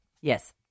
Yes